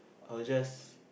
I will just